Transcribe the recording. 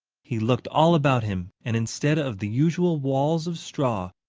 he looked all about him and instead of the usual walls of straw,